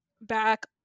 back